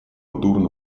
дурно